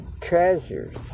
treasures